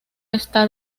está